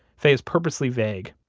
faye is purposely vague.